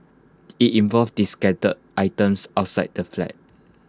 IT involved discarded items outside the flat